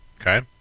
Okay